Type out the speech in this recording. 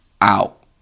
out